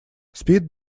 спит